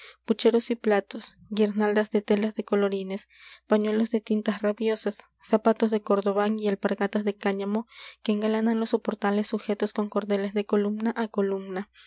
pucheros y platos guirnaldas de telas de colorines pañuelos de tintas rabiosas zapatos de cordobán y alpargatas de cáñamo que engalanan los soportales sujetos con cordeles de columna á columna